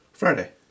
Friday